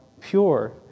pure